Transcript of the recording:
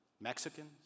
Mexicans